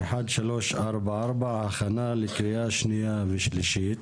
מ/1344, הכנה לקריאה שנייה ושלישית.